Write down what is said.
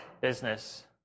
business